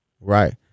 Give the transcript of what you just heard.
right